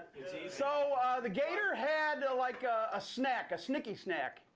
so the gator had like a snack, a snicky-snacky.